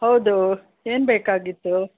ಹೌದು ಏನು ಬೇಕಾಗಿತ್ತು